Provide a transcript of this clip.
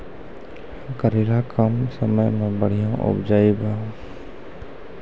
करेला कम समय मे बढ़िया उपजाई बा?